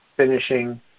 Finishing